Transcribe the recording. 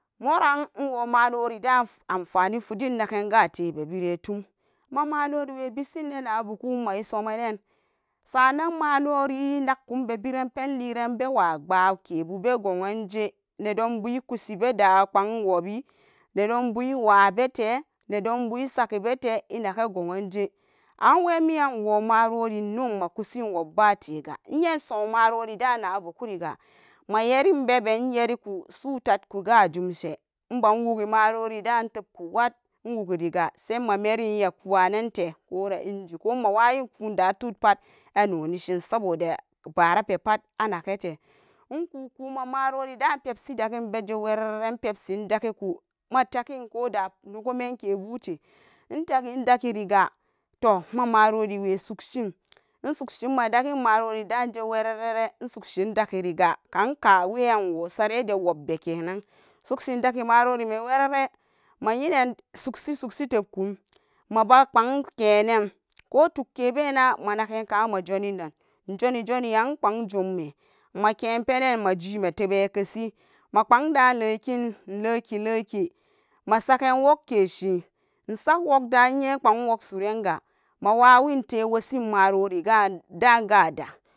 Moran nwo malorida amfani fudin nagan kate bebiran itum ma maloriwe bisin ina buku mayi somenen sa'anan malori nagkun bebiran penliran bewa gbake kebu begowanje nedonbu ikasi beda pang wobi, nedon bu iwabete, nedonbu isaga bete inaga gowanje, anwemiyan nwo marori nyinoma kusin wubbatega iye isom marori dana buku riga mayerin beben inyeriku sutatku kajimshe, inban wugu marori dan intubku wat inwuguriga se inmamerin iya kuwanente kore ingi ko mawawin kuda tudpat inunishin saboda barape pat anagete inkuku ma marorida pepsi da gen beji werere inpepsin indagaku mategen koda nogo kebute integi indagiriga toh ma maroriwe sugshin insugshin madagin maroridaje wererere insughin indagiriga anka weyan wo sarede wobbe kenan insuksi indaga marorime werere, mayinen sugsi sugsi tebkun maba npang kenen to tukke bena managanka majoninnan injoni joni an npang jumme make penen majime tuban ikesi ma npang da lekin inleki leki msaken wogke shin insag wogda inye npang wonda suranga mawawin tewosin maroridan gada.